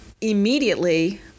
immediately